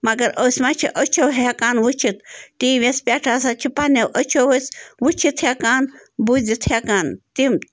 مگر أسۍ مَہ چھِ أچھو ہٮ۪کان وٕچھِتھ ٹی وی یَس پٮ۪ٹھ ہسا چھِ پنٛنیو أچھو أسۍ وٕچھِتھ ہٮ۪کان بوٗزِتھ ہٮ۪کان تِم